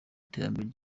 iterambere